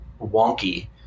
wonky